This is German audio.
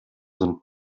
sind